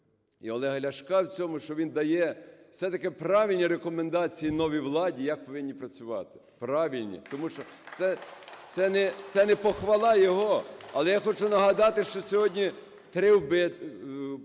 і Олега Ляшка в цьому, що він дає все-таки правильні рекомендації новій владі, як повинні працювати. Правильні. Тому що це не похвала його. Але я хочу нагадати, що сьогодні три…